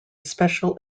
special